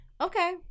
Okay